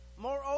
Moreover